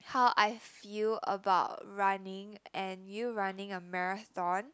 how I feel about running and you running a marathon